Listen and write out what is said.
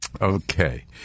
Okay